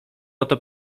oto